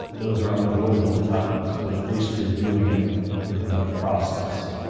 those are unavoidable at times, but at least you're doing it with a better process.